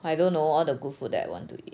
I don't know all the good food that I want to eat